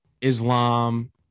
Islam